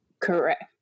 Correct